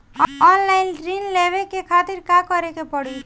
Online ऋण लेवे के खातिर का करे के पड़ी?